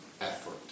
effort